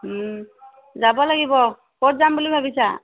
যাব লাগিব ক'ত যাম বুলি ভাবিছা